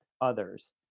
others